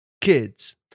kids